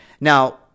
Now